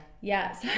yes